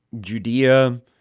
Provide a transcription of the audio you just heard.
Judea